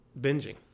binging